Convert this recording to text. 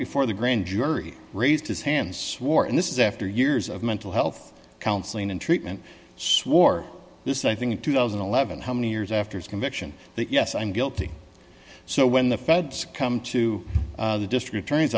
before the grand jury raised his hand swore and this is after years of mental health counseling and treatment swore this i think in two thousand and eleven how many years after his conviction that yes i'm guilty so when the feds come to the district attorney's